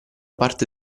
parte